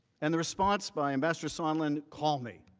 and the response by ambassador sondland, call me.